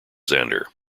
xander